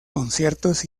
conciertos